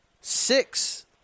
six